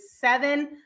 seven